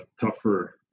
tougher